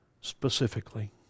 specifically